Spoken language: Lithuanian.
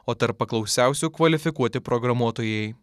o tarp paklausiausių kvalifikuoti programuotojai